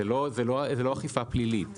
זו לא אכיפה פלילית.